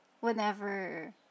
whenever